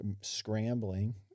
scrambling